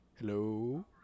Hello